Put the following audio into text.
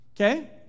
okay